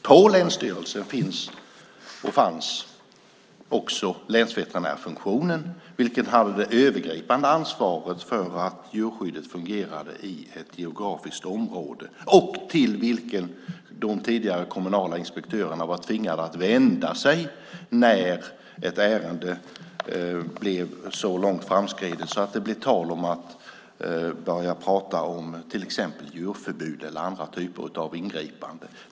På länsstyrelsen fanns också länsveterinärfunktionen - den finns även nu - med det övergripande ansvaret för att djurskyddet fungerade i ett geografiskt område och till vilken de tidigare kommunala inspektörerna var tvingade att vända sig när ett ärende var så långt framskridet att det blev tal om till exempel djurförbud eller andra typer av ingripanden.